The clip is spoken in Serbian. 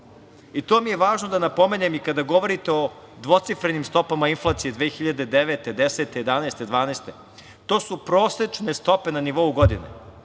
mi je važno da napomenem i kada govorite o dvocifrenim stopama inflacije 2009, 2010, 2011. i 2012. godine, to su prosečne stope na nivou godine.